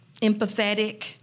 empathetic